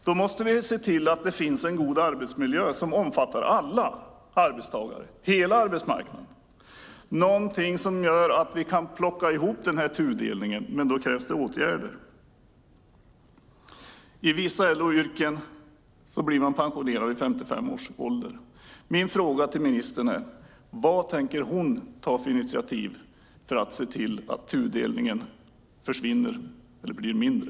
Då måste vi se till att det finns en god arbetsmiljö som omfattar alla arbetstagare, hela arbetsmarknaden. Det behövs någonting som gör att vi kan plocka ihop den tudelade arbetsmarknaden, men då krävs det åtgärder. I vissa LO-yrken blir man pensionerad vid 55 års ålder. Min fråga till ministern är vad hon tänker ta för initiativ för att se till att tudelningen försvinner eller blir mindre.